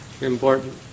important